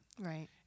Right